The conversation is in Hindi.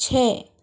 छः